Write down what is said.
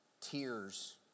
tears